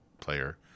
player